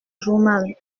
journal